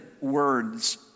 words